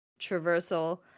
traversal